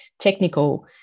technical